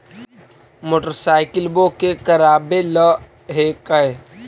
मोटरसाइकिलवो के करावे ल हेकै?